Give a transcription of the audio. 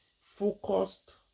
focused